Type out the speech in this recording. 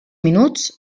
minuts